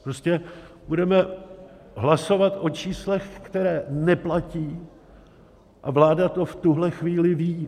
Prostě budeme hlasovat o číslech, která neplatí, a vláda to v tuhle chvíli ví.